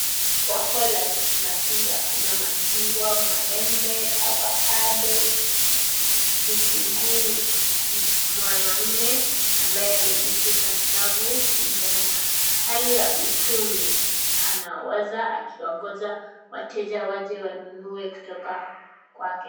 Soko la matunda. Kuna machungwa, maembe, avakado, vitunguu. Mwanaume ambaye amejishika shavu kulingana na hali ya uchumi anawaza akiongoja wateja waje wananue kutoka kwake.